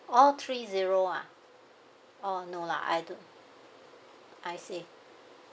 oh three zero ah oh no lah I don't I see